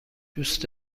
دوست